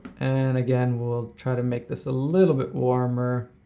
and again, we'll try to make this a little bit warmer.